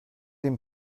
den